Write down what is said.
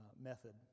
method